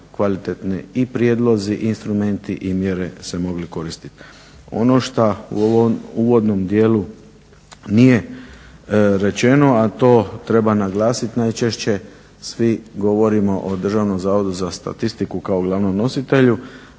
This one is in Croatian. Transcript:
kvalitetni i prijedlozi i instrumenti i mjere se mogli koristit. Ono što u ovom uvodnom dijelu nije rečeno, a to treba naglasit, najčešće svi govorimo o Državnom zavodu za statistiku kao glavnom nositelju,